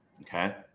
okay